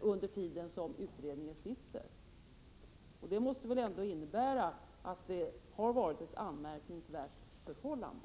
under den tid som utredning pågår. Det måste väl ändå innebära att det rör sig om ett anmärkningsvärt förhållande.